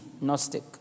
Gnostic